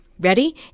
Ready